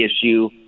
issue